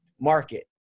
market